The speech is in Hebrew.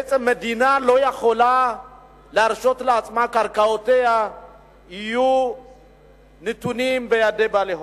בעצם מדינה לא יכולה להרשות לעצמה שקרקעותיה יהיו נתונות בידי בעלי הון.